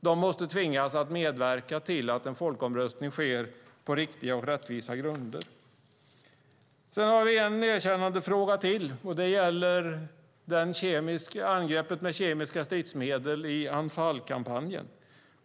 De måste tvingas att medverka till att en folkomröstning sker på riktiga och rättvisa grunder. Sedan har vi en annan erkännandefråga, och den gäller angreppet med kemiska stridsmedel i Anfalkampanjen.